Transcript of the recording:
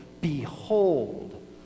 behold